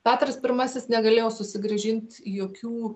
petras pirmasis negalėjo susigrąžint jokių